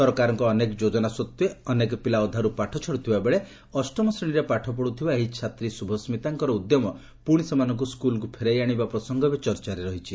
ସରକାରଙ୍କ ଅନେକ ଯୋଜନା ସତ୍ତ୍ େ ଅନେକ ପିଲା ଅଧାରୁ ପାଠ ଛାଡୁଥିବାବେଳେ ଅଷ୍ଟମ ଶ୍ରେଶୀରେ ପାଠ ପତୁଥିବା ଏହି ଛାତ୍ରୀ ଶୁଭସ୍କିତାଙ୍କର ଉଦ୍ୟମ ପୁଣି ସେମାନଙ୍କୁ ସ୍କୁଲକୁ ଫେରାଇ ଆଶିବା ପ୍ରସଙ୍ଗ ଏବେ ଚର୍ଚାରେ ରହିଛି